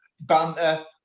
banter